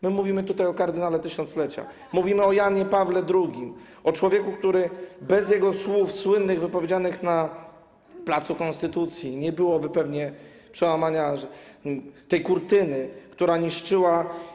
My mówimy tutaj o kardynale tysiąclecia, mówimy o Janie Pawle II, o człowieku, bez którego słów, słynnych słów wypowiedzianych na pl. Konstytucji nie byłoby pewnie przełamania tej kurtyny, która niszczyła.